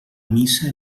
missa